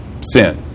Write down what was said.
sin